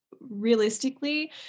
realistically